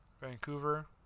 Vancouver